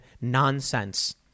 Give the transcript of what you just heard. nonsense